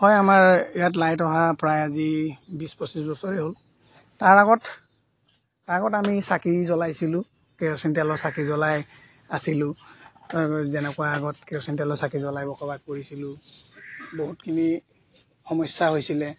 হয় আমাৰ ইয়াত লাইট অহা প্ৰায় আজি বিছ পঁচিছ বছৰে হ'ল তাৰ আগত তাৰ আগত আমি চাকি জ্বলাইছিলোঁ কেৰাছিন তেলৰ চাকি জ্বলাই আছিলোঁ যেনেকুৱা আগত কেৰাছিন তেলৰ চাকি জ্বলাই বসবাস কৰিছিলোঁ বহুতখিনি সমস্যা হৈছিলে